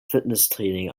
fitnesstraining